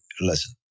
listen